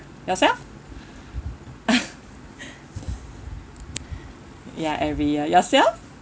yourself ya every year yourself